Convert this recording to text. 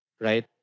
right